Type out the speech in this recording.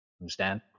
understand